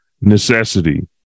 necessity